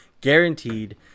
guaranteed